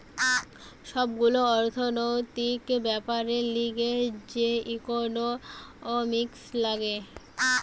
সব গুলা অর্থনৈতিক বেপারের লিগে যে ইকোনোমিক্স লাগে